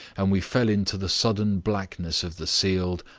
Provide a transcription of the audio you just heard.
and we fell into the sudden blackness of the sealed,